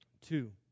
Two